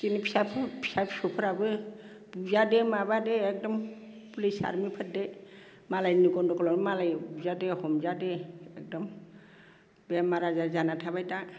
जोंनि फिसा फिसौफ्राबो बुजादो माबादो एखदम पुलिस आर्मिफोरदो मालायनि गन्दगलावनो मालाया बुजादो हमजादो एखदम बेमार आजार जाना थाबाय था